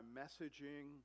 messaging